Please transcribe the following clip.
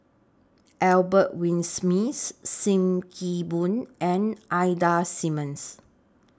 Albert Winsemius SIM Kee Boon and Ida Simmons